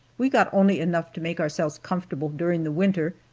we got only enough to make ourselves comfortable during the winter,